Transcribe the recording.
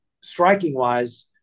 striking-wise